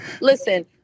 Listen